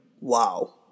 wow